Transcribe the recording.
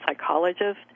psychologist